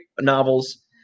novels